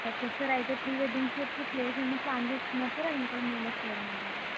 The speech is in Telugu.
ఓకే సార్ అయితే ప్రీ వెడ్డింగ్ షూట్కి ప్లేస్ ఏమైనా ప్లాన్ చేసుకున్నారా సార్ అది కూడా మేమే చూడమంటారా